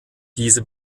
diese